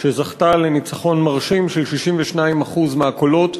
וזכתה לניצחון מרשים של 62% מהקולות.